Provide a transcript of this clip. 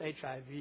HIV